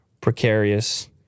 precarious